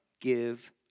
give